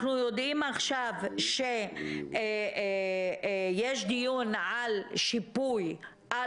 אנחנו יודעים עכשיו שיש דיון על שיפוי על